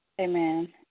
Amen